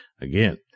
Again